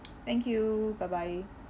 thank you bye bye